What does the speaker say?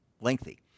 lengthy